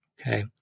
Okay